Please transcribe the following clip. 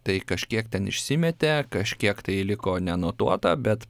tai kažkiek ten išsimetė kažkiek tai liko neanotuota bet